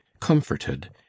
comforted